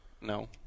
No